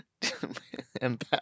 Empath